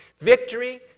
victory